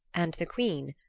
and the queen,